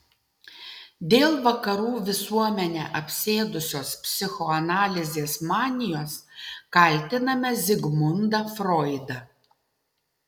dėl vakarų visuomenę apsėdusios psichoanalizės manijos kaltiname zigmundą froidą